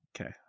Okay